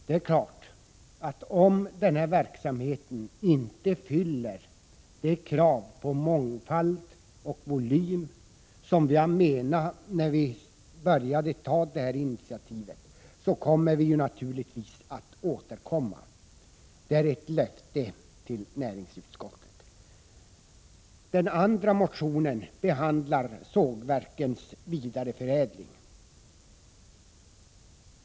Det är klart, att om verksamheten inte uppfyller de krav som vi utgick ifrån när vi tog initiativet, när det gäller mångfald och volym, återkommer vi. Det är ett löfte till näringsutskottet. I den andra motionen behandlas sågverkens vidareförädling.